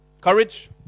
courage